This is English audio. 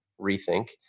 Rethink